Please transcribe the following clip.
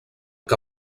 que